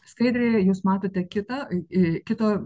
skaidrėje jūs matote kitą kito